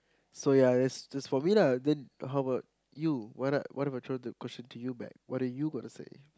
so ya that's just for me lah then how about you what are what are If I throw the question to you back what are you going to say